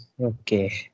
Okay